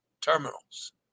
terminals